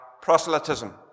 proselytism